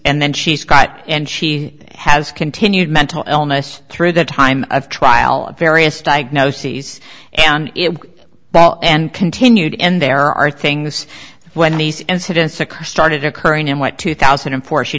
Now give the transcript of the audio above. and then she's got and she has continued mental illness through the time of trial and various diagnoses and it continued and there are things when these incidents occur started occurring in what two thousand and four she